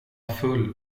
full